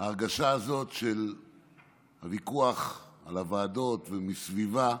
ההרגשה הזאת של הוויכוח על הוועדות ומסביבן.